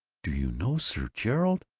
do you know sir gerald?